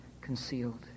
concealed